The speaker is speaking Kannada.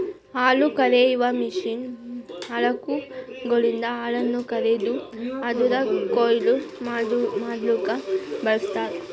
ಹಾಲುಕರೆಯುವ ಮಷೀನ್ ಆಕಳುಗಳಿಂದ ಹಾಲನ್ನು ಕರೆದು ಅದುರದ್ ಕೊಯ್ಲು ಮಡ್ಲುಕ ಬಳ್ಸತಾರ್